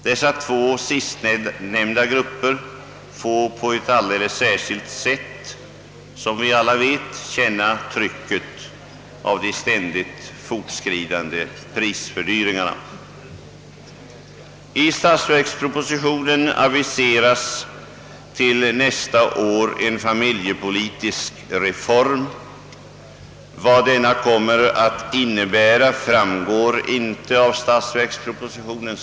Båda dessa grupper får på ett alldeles särskilt sätt känna trycket av de ständigt fortskridande prisstegringarna. I statsverkspropositionen aviseras till nästa år en familjepolitisk reform. Vad denna kommer att innebära framgår inte av statsverkspropositionen.